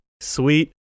sweet